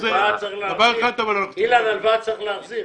כי הלוואה צריך להחזיר,